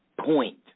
point